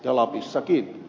ja lapissakin